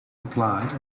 replied